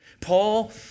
Paul